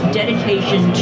dedication